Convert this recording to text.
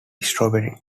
strawberry